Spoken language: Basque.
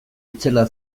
itzela